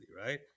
right